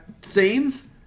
scenes